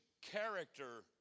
character